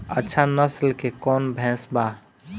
अच्छा नस्ल के कौन भैंस बा?